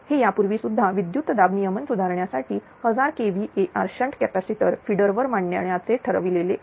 हे यापूर्वीसुद्धा विद्युतदाब नियमन सुधारण्यासाठी 1000 kVAr शंट कॅपॅसिटर फिडरवर मांडण्याचे ठरविलेले आहे